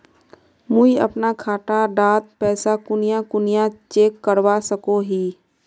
मुई अपना खाता डात पैसा कुनियाँ कुनियाँ चेक करवा सकोहो ही?